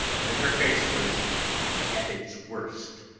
and her face was at its worst,